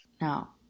Now